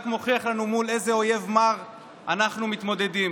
זה רק מוכיח לנו מול איזה אויב מר אנחנו מתמודדים.